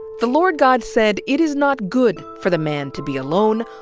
the lord god said, it is not good for the man to be alone.